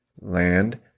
land